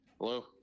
Hello